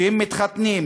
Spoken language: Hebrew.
שמתחתנים,